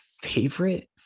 favorite